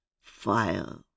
fire